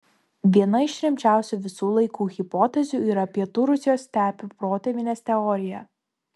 viena iš rimčiausių visų laikų hipotezių yra pietų rusijos stepių protėvynės teorija